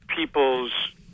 people's